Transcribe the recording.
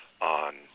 on